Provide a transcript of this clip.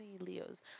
Leos